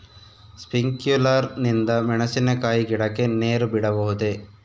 Sprinkler ನಿಂದ ಮೆಣಸಿನಕಾಯಿ ಗಿಡಕ್ಕೆ ನೇರು ಬಿಡಬಹುದೆ?